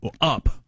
up